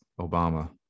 Obama